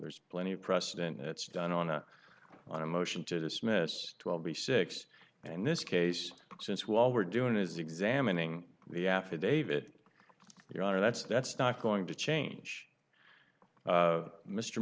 there's plenty of precedent it's done on a on a motion to dismiss twelve b six and this case since while we're doing is examining the affidavit your honor that's that's not going to change